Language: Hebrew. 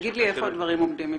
תגיד לי איפה הדברים עומדים מבחינתכם.